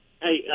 Hey